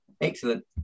excellent